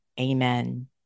Amen